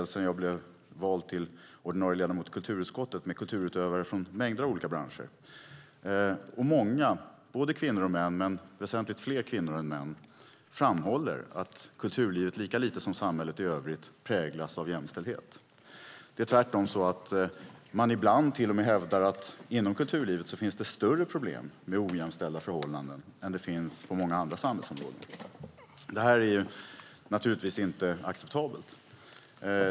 Sedan jag blev vald till ordinarie ledamot i kulturutskottet har jag pratat en hel del med kulturutövare från mängder av olika branscher, och många - både kvinnor och män men väsentligt fler kvinnor än män - framhåller att kulturlivet lika lite som samhället i övrigt präglas av jämställdhet. Det är tvärtom så att man ibland till och med hävdar att det inom kulturlivet finns större problem med ojämställda förhållanden än det finns på många andra samhällsområden. Det är naturligtvis inte acceptabelt.